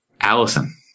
Allison